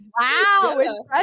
Wow